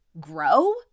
grow